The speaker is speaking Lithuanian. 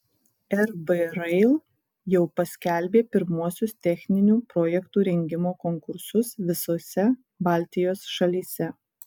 rb rail jau paskelbė pirmuosius techninių projektų rengimo konkursus visose baltijos šalyse